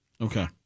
Okay